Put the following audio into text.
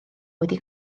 wedi